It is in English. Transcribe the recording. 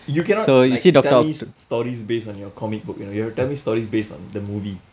you cannot like tell me stories based on your comic book you know you have to tell me stories based on the movie